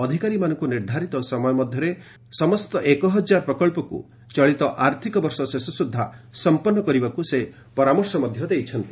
ଅଧିକାରୀମାନଙ୍କୁ ନିର୍ଦ୍ଧାରିତ ସମୟ ମଧ୍ୟରେ ସମସ୍ତ ଏକହଜାର ପ୍ରକଳ୍ପକୁ ଚଳିତ ଆର୍ଥିକ ବର୍ଷ ଶେଷ ସୁଦ୍ଧା ଶେଷ କରିବାକୁ ସେ ପରାମର୍ଶ ଦେଇଛନ୍ତି